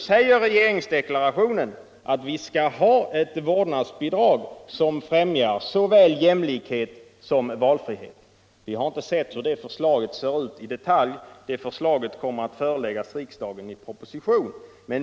I regeringsdeklarationen står det att vi skall ha ett vårdnadsbidrag som främjar såväl Jämlikhet som valfrihet. Vi har ännu inte sett det förslaget i detalj, men det kommer att föreläggas riksdagen i en proposition.